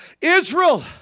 Israel